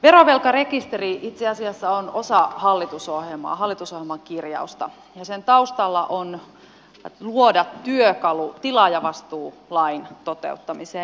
verovelkarekisteri itse asiassa on osa hallitusohjelmaa hallitusohjelman kirjausta ja sen taustalla on tavoite luoda työkalu tilaajavastuulain toteuttamiseen